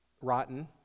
rotten